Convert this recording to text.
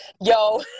yo